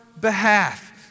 behalf